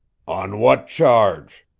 on what charge?